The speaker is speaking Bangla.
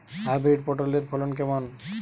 হাইব্রিড পটলের ফলন কেমন?